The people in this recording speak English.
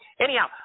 Anyhow